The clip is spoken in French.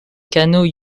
canaux